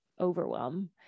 overwhelm